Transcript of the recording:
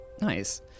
Nice